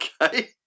Okay